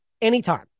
anytime